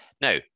Now